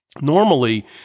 Normally